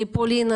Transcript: לפולין.